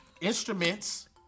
instruments